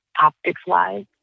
optics-wise